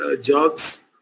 jobs